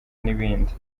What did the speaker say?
n’ibindi